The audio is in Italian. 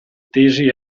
tesi